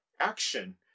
action